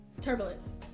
Turbulence